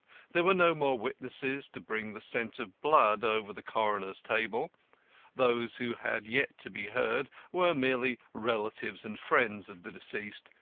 there were no more witnesses to bring the scent of blood over the coroner's table those who had yet to be heard were merely relatives and friends of the deceased,